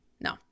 no